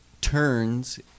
turns